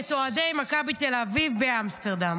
את אוהדי מכבי תל אביב באמסטרדם.